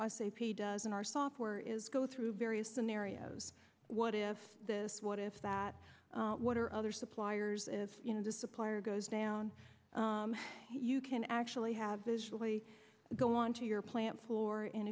i say p does in our software is go through various scenarios what if this what if that what are other suppliers as you know the supplier goes down you can actually have visually go on to your plant floor and